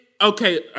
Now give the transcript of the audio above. okay